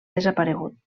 desaparegut